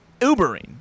Ubering